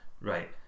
right